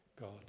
God